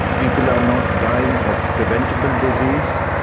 people are not dying of preventable disease.